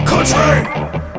Country